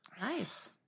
Nice